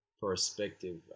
perspective